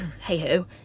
hey-ho